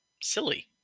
silly